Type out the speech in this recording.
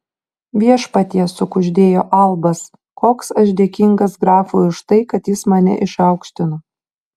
viešpatie sukuždėjo albas koks aš dėkingas grafui už tai kad jis mane išaukštino